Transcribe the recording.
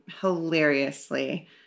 hilariously